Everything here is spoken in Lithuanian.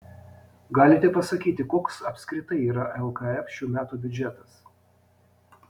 galite pasakyti koks apskritai yra lkf šių metų biudžetas